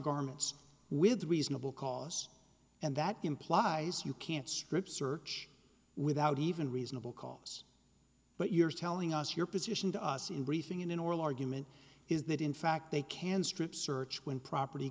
garments with reasonable cause and that implies you can't strip search without even reasonable cause but you're telling us your position to us in briefing in an oral argument is that in fact they can strip search when property